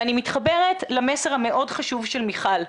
ואני מתחברת למסר המאוד חשוב של מיכל,